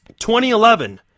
2011